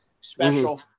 special